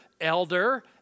elder